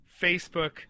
Facebook